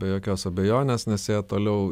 be jokios abejonės nes jie toliau